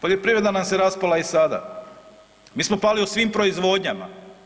Poljoprivreda nam se raspala i sada, mi smo pali u svim proizvodnjama.